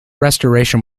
restoration